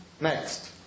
Next